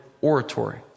oratory